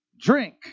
drink